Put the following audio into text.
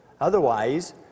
Otherwise